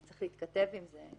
זה צריך להתכתב עם זה.